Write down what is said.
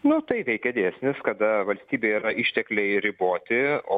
nu tai veikia dėsnis kada valstybė yra ištekliai riboti o